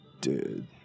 dude